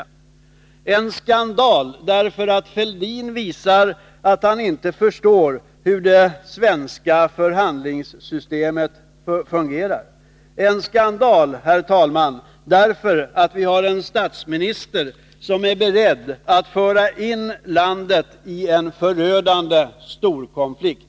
Det var en skandal därför att Thorbjörn Fälldin visade att han inte förstår hur det svenska förhandlingssystemet fungerar och därför att vi, herr talman, har en statsminister som är beredd att föra in landet i en förödande storkonflikt.